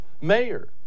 mayor